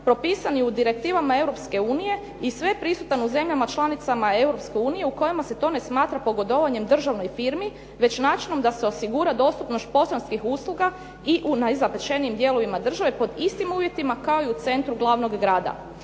propisani u direktivama Europske unije i sveprisutan u zemljama članicama Europske unije u kojima se to ne smatra pogodovanjem državnoj firmi već načinom da se osigura dostupnost poštanskih usluga i u najzabačenijim dijelovima države pod istim uvjetima kao i u centru glavnog grada.